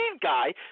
guy